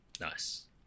Nice